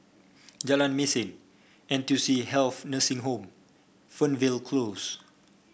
Jalan Mesin N T U C Health Nursing Home Fernvale Close